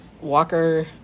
walker